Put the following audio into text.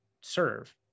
serve